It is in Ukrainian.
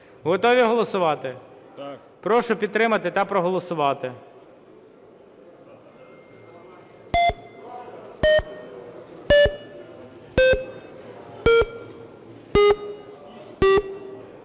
Готові голосувати? Прошу підтримати та проголосувати.